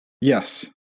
Yes